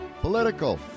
political